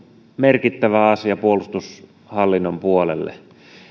merkittävä asia nimenomaan puolustushallinnon puolelle